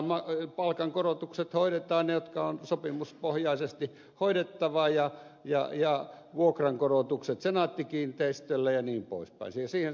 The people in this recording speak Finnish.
ainoastaan palkankorotukset hoidetaan jotka on sopimuspohjaisesti hoidettava ja vuokrankorotukset senaatti kiinteistölle jnp